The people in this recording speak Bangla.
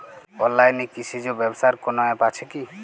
অনলাইনে কৃষিজ ব্যবসার কোন আ্যপ আছে কি?